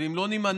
ואם לא נימנע